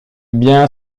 bien